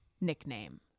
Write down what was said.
nickname